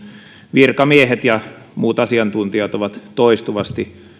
virkamiehet ja muut asiantuntijat ovat toistuvasti